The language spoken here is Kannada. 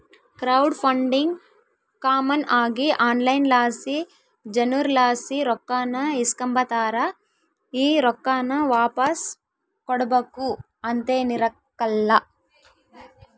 ಕ್ರೌಡ್ ಫಂಡಿಂಗ್ ಕಾಮನ್ ಆಗಿ ಆನ್ಲೈನ್ ಲಾಸಿ ಜನುರ್ಲಾಸಿ ರೊಕ್ಕಾನ ಇಸ್ಕಂಬತಾರ, ಈ ರೊಕ್ಕಾನ ವಾಪಾಸ್ ಕೊಡ್ಬಕು ಅಂತೇನಿರಕ್ಲಲ್ಲ